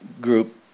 group